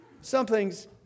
something's